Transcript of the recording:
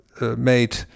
made